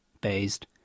based